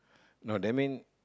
no that mean